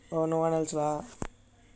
oh